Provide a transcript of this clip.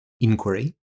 inquiry